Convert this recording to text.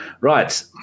right